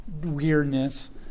weirdness